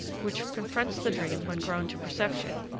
which confronts the dream when grown to perception,